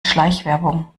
schleichwerbung